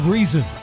Reason